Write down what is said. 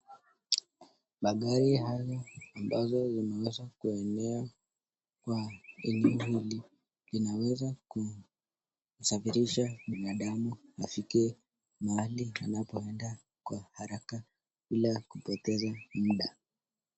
Magari hayo ambazo zimeweza kuenea kwa eneo hii imeweza kusafirisha binadamu afike mahali anapoenda kwa haraka bila kupoteza muda.